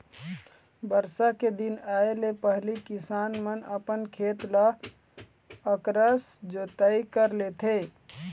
बरसा के दिन आए ले पहिली किसान मन अपन खेत ल अकरस जोतई कर लेथे